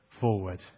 forward